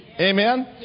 Amen